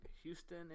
Houston